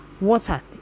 Water